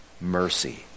mercy